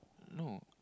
no